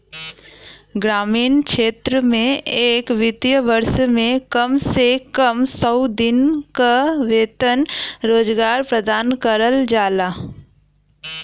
ग्रामीण क्षेत्र में एक वित्तीय वर्ष में कम से कम सौ दिन क वेतन रोजगार प्रदान करल जाला